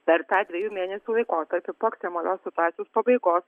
per tą dviejų mėnesių laikotarpį po ekstremalios situacijos pabaigos